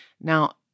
Now